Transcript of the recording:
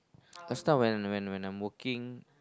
last time when when when I'm working